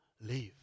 live